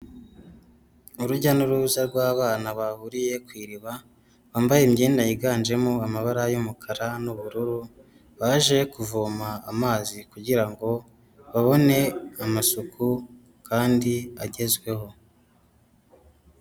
Urujya n'uruza rw'abana bahuriye ku iriba, bambaye imyenda yiganjemo amabara y'umukara n'ubururu, baje kuvoma amazi kugira ngo babone amasuku kandi agezweho.